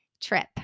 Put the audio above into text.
trip